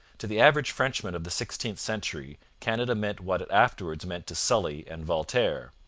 to the average frenchman of the sixteenth century canada meant what it afterwards meant to sully and voltaire.